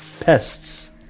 Pests